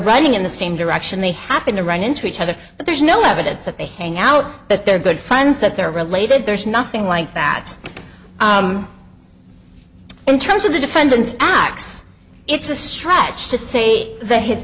running in the same direction they happen to run into each other but there's no evidence that they hang out but they're good friends that they're related there's nothing like that in terms of the defendant's acts it's a stretch to say th